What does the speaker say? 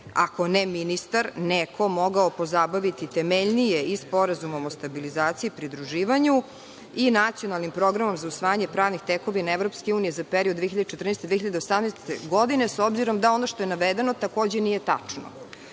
ako ne ministar neko mogao pozabaviti temeljnije i Sporazumom o stabilizaciji i pridruživanju i Nacionalnim programom za usvajanje pravnih tekovina EU za period od 2014. godine do 2018. godine s obzirom da ono što je navedeno takođe nije tačno,